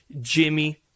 Jimmy